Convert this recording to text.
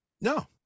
No